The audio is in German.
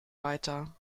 weiter